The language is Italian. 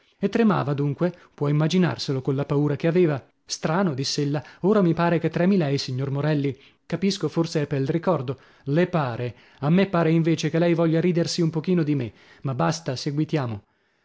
e tremava dunque può immaginarselo colla paura che aveva strano diss'ella ora mi pare che tremi lei signor morelli capisco forse è pel ricordo le pare a me pare invece che lei voglia ridersi un pochino di me ma basta